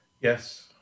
Yes